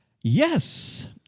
Yes